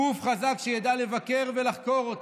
גוף חזק שידע לבקר ולחקור אותה.